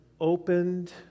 opened